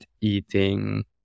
eating